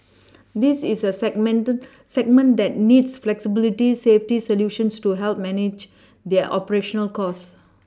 this is a segment that needs flexibility safety solutions to help manage their operational costs